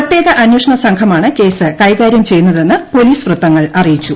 പ്രത്യേക അന്വേഷണ സംഘമാണ് കേസ് കൈകാര്യം ചെയ്യുന്നതെന്ന് പോലീസ് വൃത്തങ്ങൾ അറിയിച്ചു